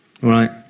right